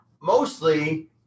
mostly